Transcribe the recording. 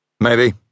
Maybe